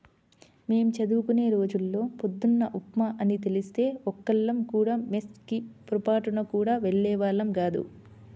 మేం చదువుకునే రోజుల్లో పొద్దున్న ఉప్మా అని తెలిస్తే ఒక్కళ్ళం కూడా మెస్ కి పొరబాటున గూడా వెళ్ళేవాళ్ళం గాదు